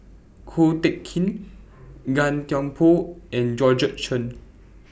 Ko Teck Kin Gan Thiam Poh and Georgette Chen